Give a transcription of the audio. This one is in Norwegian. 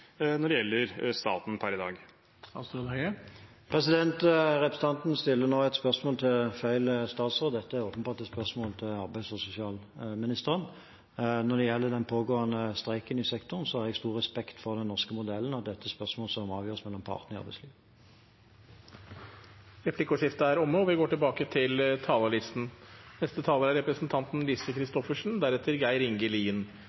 når det gjelder diskriminering overfor deltidsansatte? Det er jo dette som er praksisen i staten per i dag. Representanten stiller spørsmålet til feil statsråd. Dette er åpenbart et spørsmål til arbeids- og sosialministeren. Når det gjelder den pågående streiken i sektoren, har jeg stor respekt for den norske modellen, og at dette er et spørsmål som avgjøres mellom partene i arbeidslivet. Replikkordskiftet er omme.